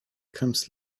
comes